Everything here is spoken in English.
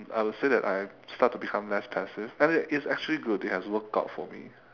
I would say that I start to become less passive and it it's actually good it has worked out for me